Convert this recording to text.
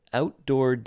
outdoor